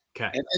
okay